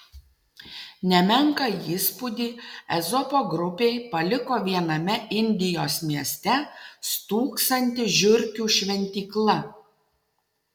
nemenką įspūdį ezopo grupei paliko viename indijos mieste stūksanti žiurkių šventykla